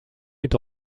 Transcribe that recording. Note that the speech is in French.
est